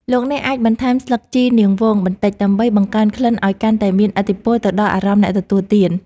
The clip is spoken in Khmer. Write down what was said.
លោកអ្នកអាចបន្ថែមស្លឹកជីរនាងវងបន្តិចដើម្បីបង្កើនក្លិនឱ្យកាន់តែមានឥទ្ធិពលទៅដល់អារម្មណ៍អ្នកទទួលទាន។